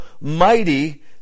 mighty